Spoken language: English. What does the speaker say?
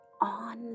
on